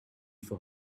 for